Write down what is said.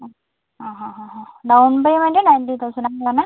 ആ ആ ഹാ ഹാ ഹാ ഡൗൺ പേയ്മെൻറ്റ് നൈൻറ്റി തൗസൻഡ്